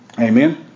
Amen